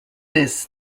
this